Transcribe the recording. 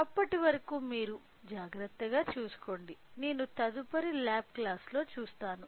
అప్పటి వరకు మీరు జాగ్రత్తగా చూసుకోండి నేను తదుపరి ల్యాబ్ క్లాస్లో చూస్తాను